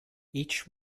each